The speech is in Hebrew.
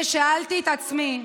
ושאלתי את עצמי,